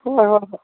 ꯍꯣꯏ ꯍꯣꯏ ꯍꯣꯏ